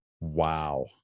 Wow